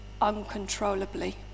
uncontrollably